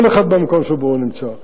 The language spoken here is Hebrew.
כל אחד במקום שבו הוא נמצא,